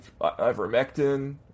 ivermectin